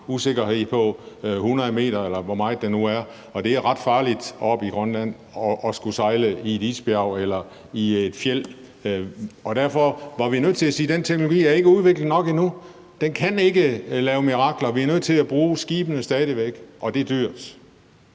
usikkerhed på 100 m, eller hvor meget det nu er, og det er ret farligt oppe i Grønland, hvor man kan sejle ind i et isbjerg eller et fjeld. Og derfor var vi nødt til at sige: Den teknologi er ikke udviklet nok endnu, den kan ikke lave mirakler, så vi er stadig væk nødt til at bruge skibene, og det er dyrt.